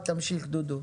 תמשיך, דודו.